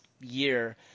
year